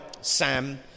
Sam